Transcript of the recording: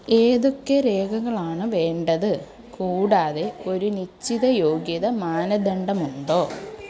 ഏതൊക്കെ രേഖകളാണ് വേണ്ടത് കൂടാതെ ഒരു നിശ്ചിത യോഗ്യത മാനദണ്ഡമുണ്ടോ